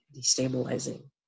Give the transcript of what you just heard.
destabilizing